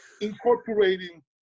incorporating